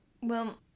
Well-